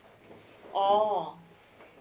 oh oo